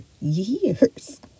years